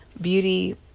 Beauty